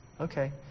Okay